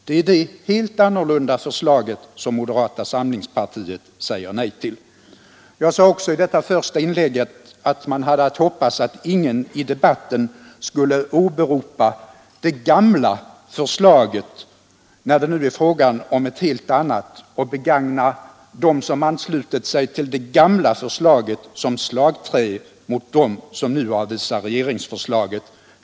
Det är detta helt annorlunda förslag som moderata samlingspartiet säger nej till. Jag sade också i mitt första inlägg att man ville hoppas att ingen i debatten skulle åberopa det gamla förslaget, när det nu är fråga om ett helt annat, och begagna dem som anslutit sig till det gamla förslaget som slagträ mot dem som nu avvisar regeringsförslaget.